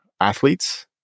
athletes